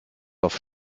auf